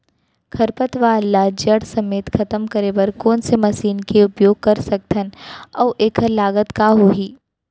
खरपतवार ला जड़ समेत खतम करे बर कोन से मशीन के उपयोग कर सकत हन अऊ एखर लागत का होही?